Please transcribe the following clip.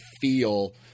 feel